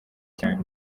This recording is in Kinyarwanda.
cyane